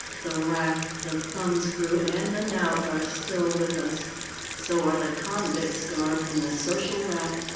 the rack, the thumbscrew, and the knout are still with us so are the convict's garb and the social wrath,